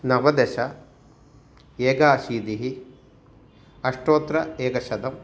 नवदश एकाशीतिः अष्टोत्तरेकशतम्